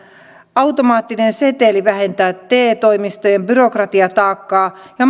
automaattinen seteli vähentää te toimistojen byrokratiataakkaa ja